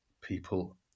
people